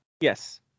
Yes